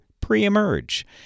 pre-emerge